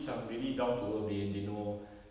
macam really down to earth they they know